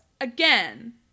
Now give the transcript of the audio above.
Again